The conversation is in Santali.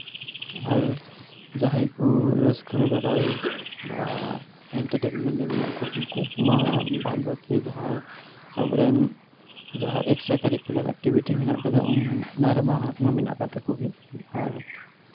ᱟᱨ ᱡᱟᱸᱦᱟᱭ ᱠᱚ ᱨᱟᱹᱥᱠᱟᱹ ᱵᱟᱲᱟᱭ ᱵᱟ ᱮᱱᱴᱟᱨᱴᱮᱱᱢᱮᱱᱴ ᱨᱮ ᱢᱮᱱᱟᱜ ᱠᱚ ᱩᱱᱠᱩ ᱢᱟ ᱵᱟᱫᱽ ᱵᱟᱠᱤ ᱡᱟᱦᱟᱸ ᱟᱵᱚᱨᱮᱱ ᱮᱠᱴᱮᱨᱟ ᱠᱟᱨᱤᱠᱩᱞᱟᱨ ᱮᱠᱴᱤᱵᱷᱮᱴᱤ ᱢᱮᱱᱟᱜ ᱠᱟᱫᱟ ᱚᱱᱟᱨᱮᱢᱟ ᱦᱟᱛ ᱢᱟ ᱢᱮᱱᱟᱜ ᱟᱠᱟᱫ ᱛᱟᱠᱚ ᱜᱮ ᱟᱨ